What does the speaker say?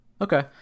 Okay